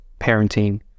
parenting